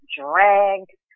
dragged